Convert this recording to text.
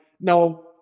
No